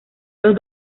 los